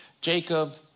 Jacob